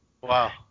Wow